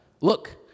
Look